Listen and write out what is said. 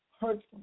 hurtful